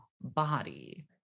Body